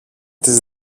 της